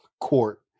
court